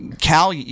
Cal